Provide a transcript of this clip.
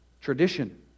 tradition